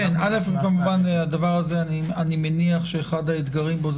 כמובן הדבר הזה אני מניח שאחד האתגרים בו הוא